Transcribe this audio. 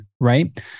right